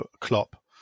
Klopp